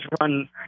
run